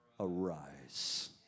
Arise